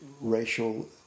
racial